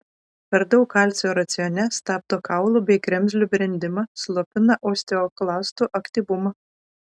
per daug kalcio racione stabdo kaulų bei kremzlių brendimą slopina osteoklastų aktyvumą